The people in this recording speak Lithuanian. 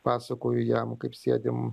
pasakoju jam kaip sėdim